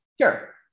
Sure